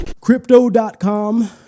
crypto.com